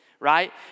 right